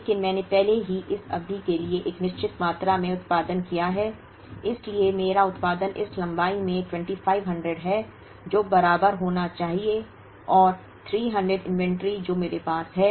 लेकिन मैंने पहले ही इस अवधि के लिए एक निश्चित मात्रा में उत्पादन किया है इसलिए मेरा उत्पादन इस लंबाई में 2500 है जो बराबर होना चाहिए और 300 इन्वेंट्री जो मेरे पास है